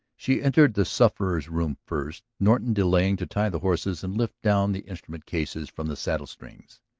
she entered the sufferer's room first, norton delaying to tie the horses and lift down the instrument cases from the saddle-strings.